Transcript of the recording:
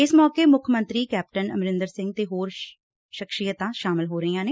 ਇਸ ਮੌਕੇ ਮੁੱਖ ਮੰਤਰੀ ਕੈਪਟਨ ਅਮਰਿੰਦਰ ਸਿੰਘ ਤੇ ਹੋਰ ਸਖਸ਼ੀਅਤਾਂ ਸ਼ਾਮਲ ਹੋ ਰਹੀਆਂ ਨੇ